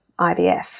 IVF